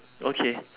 okay